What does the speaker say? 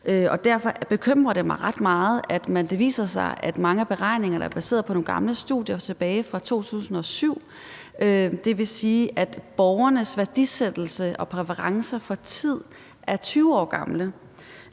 Og derfor bekymrer det mig ret meget, at det viser sig, at mange af beregningerne er baseret på nogle gamle studier tilbage fra 2007. Det vil sige, at borgernes værdisættelse og præferencer for tid er 20 år gamle,